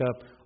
up